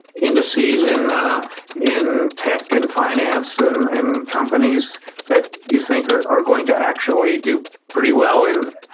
indices in in tech and finance and and companies that you think are are going to actually do pretty well and